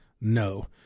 No